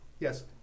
Yes